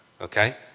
Okay